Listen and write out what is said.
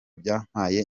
byampaye